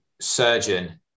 surgeon